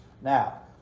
Now